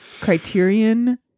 criterion